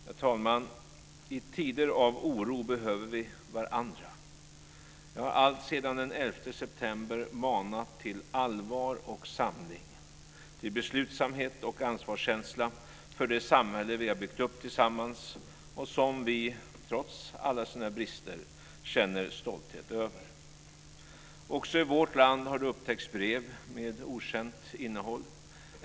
Herr talman! I tider av oro behöver vi varandra. Jag har alltsedan den 11 september manat till allvar och samling, till beslutsamhet och ansvarskänsla för det samhälle som vi har byggt upp tillsammans och som vi, trots alla dess brister, känner stolthet över. Också i vårt land har det upptäckts brev med okänt innehåll.